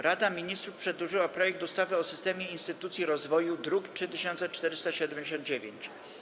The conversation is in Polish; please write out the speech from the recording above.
Rada Ministrów przedłożyła projekt ustawy o systemie instytucji rozwoju, druk nr 3479.